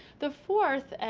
the fourth,